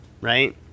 right